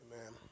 Amen